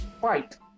fight